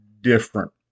different